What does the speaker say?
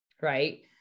right